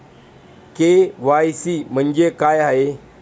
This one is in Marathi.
के.वाय.सी म्हणजे काय आहे?